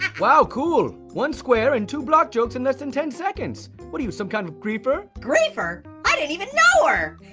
wow, cool. one square and two block jokes in less than ten seconds. what are you, some kind of griefer? griefer? i didn't even know